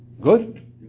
Good